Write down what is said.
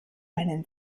einen